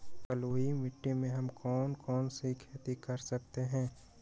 बलुई मिट्टी में हम कौन कौन सी खेती कर सकते हैँ?